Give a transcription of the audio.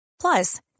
Plus